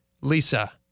Lisa